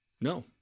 no